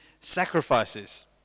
sacrifices